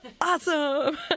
Awesome